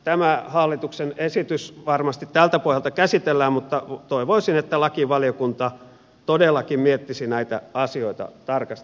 tämä hallituksen esitys varmasti tältä pohjalta käsitellään mutta toivoisin että lakivaliokunta todellakin miettisi näitä asioita tarkasti